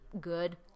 good